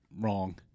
wrong